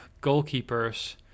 Goalkeepers